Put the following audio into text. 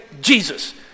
Jesus